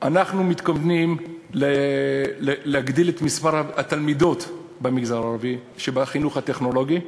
אנחנו מתכוונים להגדיל את מספר התלמידות במגזר הערבי שבחינוך הטכנולוגי.